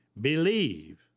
believe